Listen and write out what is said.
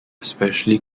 especially